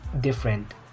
different